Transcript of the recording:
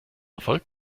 erfolg